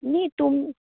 न्ही तुम